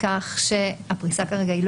תלויה בפריסת בתי המשפט הקהילתיים.